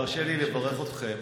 תרשה לי לברך אתכם